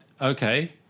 Okay